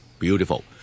Beautiful